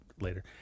later